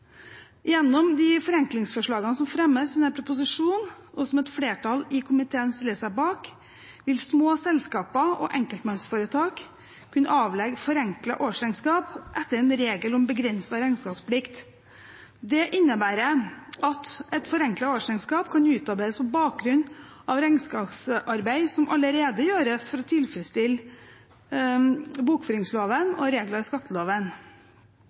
Gjennom de forenklingsforslagene som fremmes i denne proposisjonen, og som et flertall i komiteen stiller seg bak, vil små selskaper og enkeltmannsforetak kunne avlegge forenklet årsregnskap etter en regel om begrenset regnskapsplikt. Det innebærer at et forenklet årsregnskap kan utarbeides på bakgrunn av regnskapsarbeid som allerede gjøres for å tilfredsstille regler i bokføringsloven og i skatteloven.